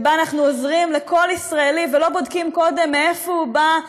שבה אנחנו עוזרים לכל ישראלי ולא בודקים קודם מאיפה הוא בא,